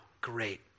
great